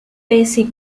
basic